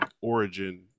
origin